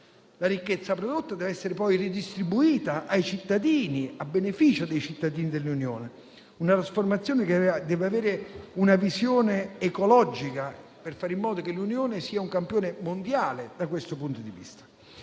La ricchezza prodotta deve essere poi redistribuita, a beneficio dei cittadini dell'Unione europea. La trasformazione deve avere una visione ecologica, per fare in modo che l'Unione sia un campione mondiale da questo punto di vista.